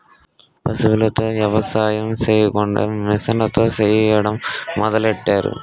పశువులతో ఎవసాయం సెయ్యకుండా మిసన్లతో సెయ్యడం మొదలెట్టారు